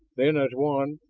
then as one,